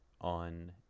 on